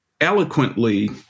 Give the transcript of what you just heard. eloquently